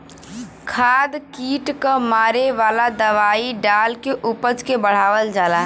खाद कीट क मारे वाला दवाई डाल के उपज के बढ़ावल जाला